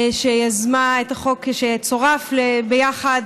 שיזמה את החוק שצורף ביחד,